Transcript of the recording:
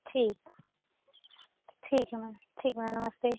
ठीक ठीक है मैम ठीक मैम नमस्ते